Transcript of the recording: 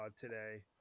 today